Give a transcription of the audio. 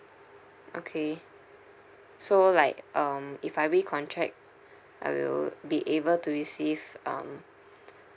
okay so like um if I recontract I will be able to receive um